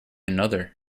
another